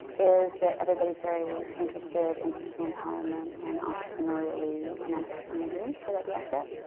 is that everybody is very interested in personal empowerment and entrepreneurially manifesting their dreams. would that be accurate? that